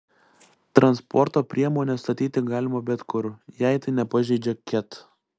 transporto priemones statyti galima bet kur jei tai nepažeidžia ket